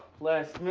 les